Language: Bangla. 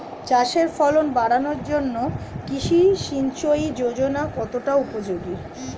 চাষের ফলন বাড়ানোর জন্য কৃষি সিঞ্চয়ী যোজনা কতটা উপযোগী?